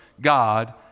God